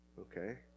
Okay